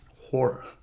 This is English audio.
horror